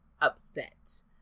upset